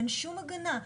אין שום הגנה,